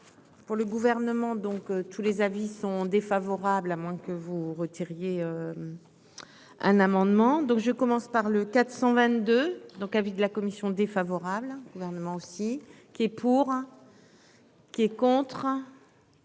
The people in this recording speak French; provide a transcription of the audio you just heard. Pour le gouvernement, donc tous les avis sont défavorables à moins que vous retiriez un amendement donc je commence par le 422 donc avis de la commission défavorable. Gouvernement aussi qui est pour, qui est contre.